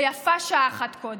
ויפה שעה אחת קודם.